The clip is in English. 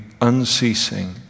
unceasing